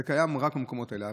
זה קיים רק במקומות האלה.